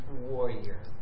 warrior